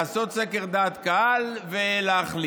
לעשות סקר דעת קהל ולהחליט.